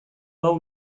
hau